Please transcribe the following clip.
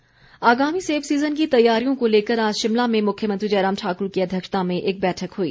जयराम आगामी सेब सीजन की तैयारियों को लेकर आज शिमला में मुख्यमंत्री जयराम ठाक्र की अध्यक्षता में एक बैठक हई